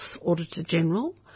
Auditor-General